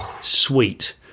sweet